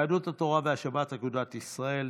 יהדות התורה והשבת אגודת ישראל,